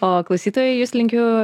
o klausytojai jus linkiu